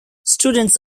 students